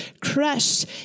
crushed